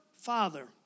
Father